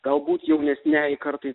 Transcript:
galbūt jaunesniajai kartai